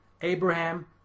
Abraham